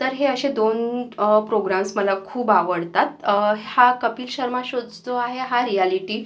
तर हे असे दोन प्रोग्राम्स मला खूप आवडतात ह्या कपिल शर्मा शो जो आहे हा रियालिटी